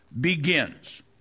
begins